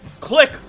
Click